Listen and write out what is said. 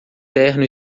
terno